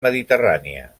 mediterrània